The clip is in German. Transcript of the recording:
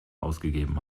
ausgegeben